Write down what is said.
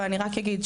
אבל אני רק אגיד,